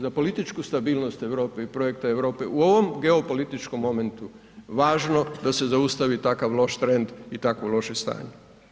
Za političku stabilnost Europe i projekta Europe u ovom geopolitičkom momentu važno da se zaustavi takav loš trend i takvo loše stanje.